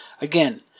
again